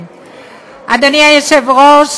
אדוני היושב-ראש,